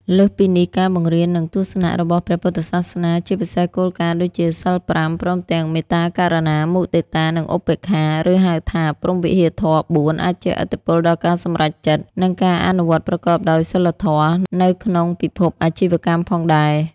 លើសពីនេះ ការបង្រៀន និងទស្សនៈរបស់ព្រះពុទ្ធសាសនា ជាពិសេសគោលការណ៍ដូចជា សីល៥ ព្រមទាំង មេត្តា ករុណា មុទិតា និងឧបេក្ខា ឬ ហៅថា ព្រហ្មវិហារធម៌៤ អាចជះឥទ្ធិពលដល់ការសម្រេចចិត្ត និង ការអនុវត្តប្រកបដោយសីលធម៌ នៅក្នុងពិភពអាជីវកម្មផងដែរ។